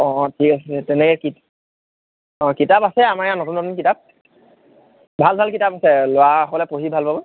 অঁ ঠিক আছে তেনেকে কিতাপ আছে আমাৰ ইয়াত নতুন নতুন কিতাপ ভাল ভাল কিতাপ আছে ল'ৰা হ'লে পঢ়ি ভাল পাব